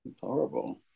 horrible